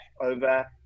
over